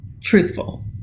truthful